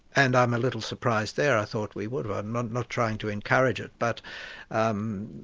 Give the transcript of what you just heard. and i'm a little surprised there, i thought we would have. i'm not not trying to encourage it but um